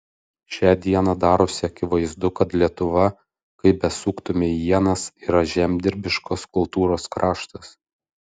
šią dieną darosi akivaizdu kad lietuva kaip besuktumei ienas yra žemdirbiškos kultūros kraštas